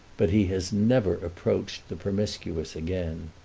but he has never approached the promiscuous again.